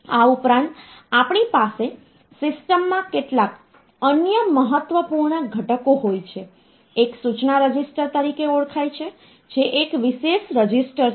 આ ઉપરાંત આપણી પાસે સિસ્ટમમાં કેટલાક અન્ય મહત્વપૂર્ણ ઘટકો હોય છે એક સૂચના રજિસ્ટર તરીકે ઓળખાય છે જે એક વિશેષ રજિસ્ટર છે